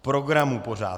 K programu pořád.